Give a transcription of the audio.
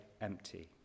empty